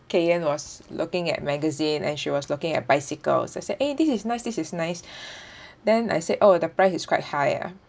caen was looking at magazine and she was looking at bicycles I said eh this is nice this is nice then I said oh the price is quite high ah